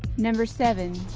number seven